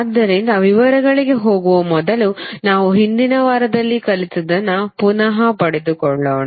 ಆದ್ದರಿಂದ ವಿವರಗಳಿಗೆ ಹೋಗುವ ಮೊದಲು ನಾವು ಹಿಂದಿನ ವಾರದಲ್ಲಿ ಕಲಿತದ್ದನ್ನು ಪುನಃ ಪಡೆದುಕೊಳ್ಳೋಣ